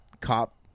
cop